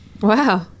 Wow